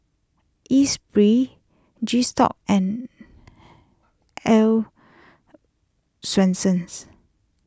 Espirit G stock and Earl's Swensens